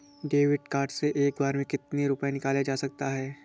David card से एक बार में कितनी रूपए निकाले जा सकता है?